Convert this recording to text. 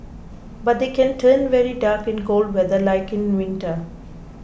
but they can turn very dark in cold weather like in winter